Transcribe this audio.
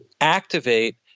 activate